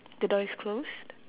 the door is closed